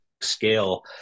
scale